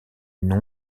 une